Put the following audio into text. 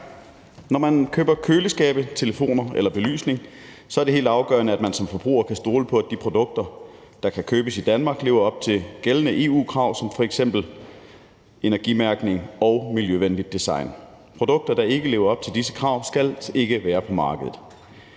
Når man køber køleskabe, telefoner eller belysning, er det helt afgørende, at man som forbruger kan stole på, at de produkter, der kan købes i Danmark, lever op til gældende EU-krav som f.eks. energimærkning og miljøvenligt design. Produkter, der ikke lever op til disse krav, skal ikke være på markedet.